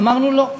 אמרנו: לא.